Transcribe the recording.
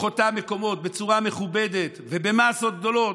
אותם מקומות בצורה מכובדת ובמאסות גדולות,